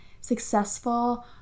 successful